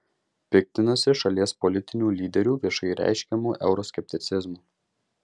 piktinasi šalies politinių lyderių viešai reiškiamu euroskepticizmu